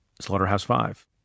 Slaughterhouse-Five